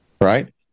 Right